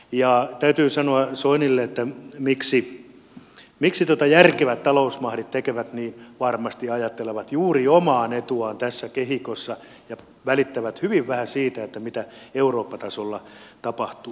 ja täytyy sanoa soinille että se miksi järkevät talousmahdit tekevät niin johtuu siitä että varmasti ajattelevat juuri omaa etuaan tässä kehikossa ja välittävät hyvin vähän siitä mitä eurooppa tasolla tapahtuu